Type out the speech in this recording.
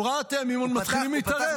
הוא ראה את הימים מתחילים להתארך.